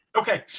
Okay